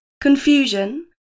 confusion